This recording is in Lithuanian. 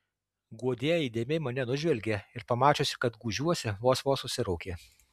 guodėja įdėmiai mane nužvelgė ir pamačiusi kad gūžiuosi vos vos susiraukė